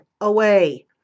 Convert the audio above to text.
away